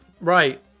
right